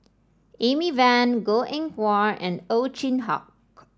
Amy Van Goh Eng Wah and Ow Chin Hock